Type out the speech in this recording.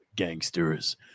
Gangsters